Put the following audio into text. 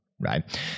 Right